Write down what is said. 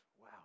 Wow